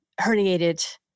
herniated